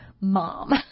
mom